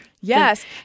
Yes